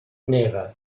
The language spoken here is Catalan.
neva